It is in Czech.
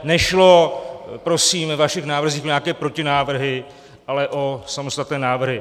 Nešlo prosím ve vašich návrzích o nějaké protinávrhy, ale o samostatné návrhy.